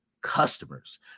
customers